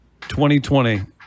2020